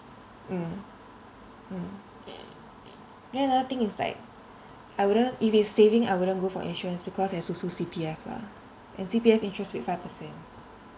mm mm then another thing is like I wouldn't if it's saving I wouldn't go for insurance because there's also C_P_F lah and C_P_F interest rate five per cent